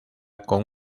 con